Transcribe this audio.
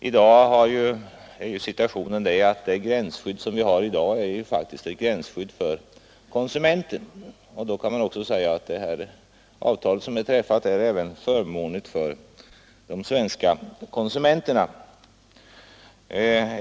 I dag är situationen att gränsskyddet är ett skydd för konsumenten, och man kan säga att det avtal som träffats även är förmånligt för de svenska konsumenterna.